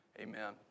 Amen